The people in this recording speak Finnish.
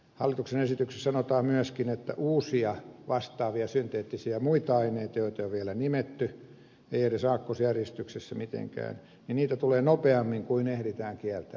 hallituksen esityksessä sanotaan myöskin että uusia vastaavia muita synteettisiä aineita joita ei ole vielä nimetty ei edes aakkosjärjestyksessä mitenkään tulee nopeammin kuin ehditään kieltää